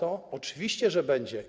Oczywiście, że będzie.